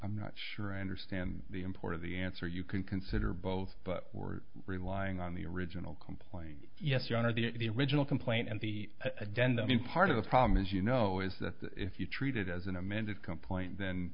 i'm not sure i understand the import of the answer you can consider both but we're relying on the original complaint yes your honor the original complaint and the agenda i mean part of the problem as you know is that if you're treated as an amended complaint then